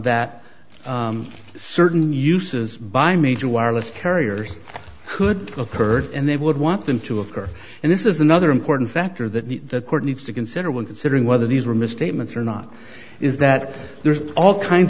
that certain uses by major wireless carriers could occurred and they would want them to occur and this is another important factor that needs to consider when considering whether these are misstatements or not is that there's all kinds